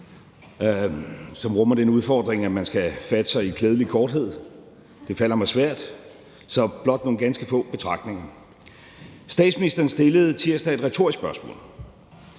rummer den udfordring, at man skal fatte sig i klædelig korthed. Det falder mig svært, så jeg har blot nogle ganske få betragtninger. Statsministeren stillede tirsdag et retorisk spørgsmål: